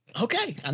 Okay